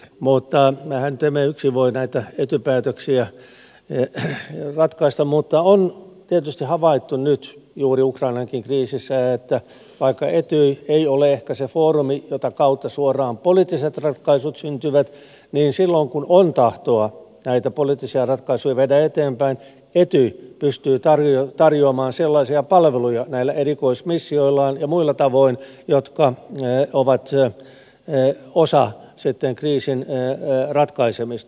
mehän nyt emme yksin voi näitä etyj päätöksiä ratkaista mutta on tietysti havaittu nyt juuri ukrainankin kriisissä että vaikka etyj ei ole ehkä se foorumi jota kautta suoraan poliittiset ratkaisut syntyvät niin silloin kun on tahtoa näitä poliittisia ratkaisuja viedä eteenpäin etyj pystyy tarjoamaan sellaisia palveluja näillä erikoismissioillaan ja muilla tavoin jotka ovat sitten osa kriisin ratkaisemista